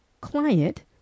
client